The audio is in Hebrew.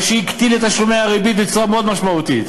מה שהקטין את תשלומי הריבית בצורה מאוד משמעותית,